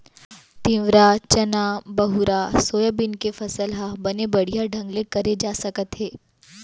तिंवरा, चना, बहुरा, सोयाबीन के फसल ह बने बड़िहा ढंग ले करे जा सकत हे